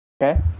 okay